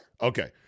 Okay